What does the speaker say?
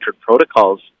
protocols